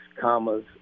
commas